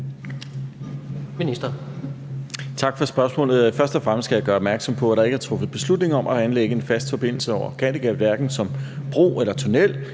Ministeren.